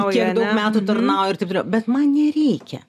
kiek daug metų tarnauja ir taip toliau bet man nereikia